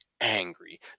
angry